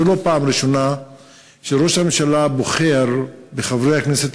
זאת לא הפעם הראשונה שראש הממשלה בוחר בחברי הכנסת